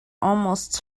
almost